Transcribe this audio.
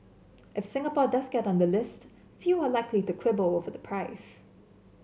if Singapore does get on the list few are likely to quibble over the price